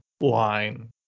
line